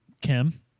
Kim